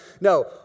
No